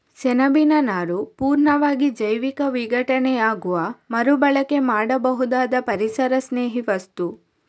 ಸೆಣಬಿನ ನಾರು ಪೂರ್ಣವಾಗಿ ಜೈವಿಕ ವಿಘಟನೆಯಾಗುವ ಮರು ಬಳಕೆ ಮಾಡಬಹುದಾದ ಪರಿಸರಸ್ನೇಹಿ ವಸ್ತು